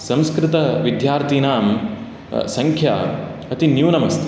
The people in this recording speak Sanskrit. संस्कृतविद्यार्थिनां संख्या अति न्यूनमस्ति